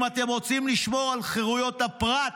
אם אתם רוצים לשמור על חרויות הפרט,